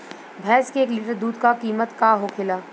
भैंस के एक लीटर दूध का कीमत का होखेला?